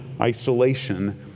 isolation